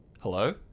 Hello